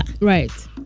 right